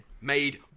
made